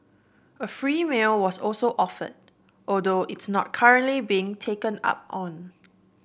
a free meal was also offered although it's not currently being taken up on